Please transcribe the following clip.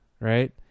right